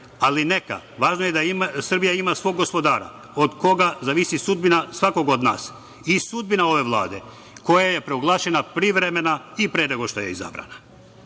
Ali, neka, važno je da Srbija ima svog gospodara od koga zavisi sudbina svakog od nas i sudbina ove Vlade koja je proglašena privremenom i pre nego što je izabrana. Šta